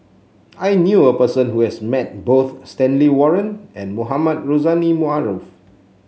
I knew a person who has met both Stanley Warren and Mohamed Rozani Maarof